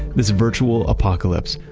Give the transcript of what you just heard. this virtual apocalypse,